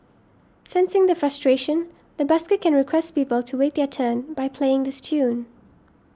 sensing the frustration the busker can request people to wait their turn by playing this tune